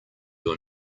your